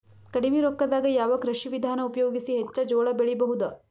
ಕಡಿಮಿ ರೊಕ್ಕದಾಗ ಯಾವ ಕೃಷಿ ವಿಧಾನ ಉಪಯೋಗಿಸಿ ಹೆಚ್ಚ ಜೋಳ ಬೆಳಿ ಬಹುದ?